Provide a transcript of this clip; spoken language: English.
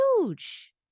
huge